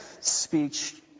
speech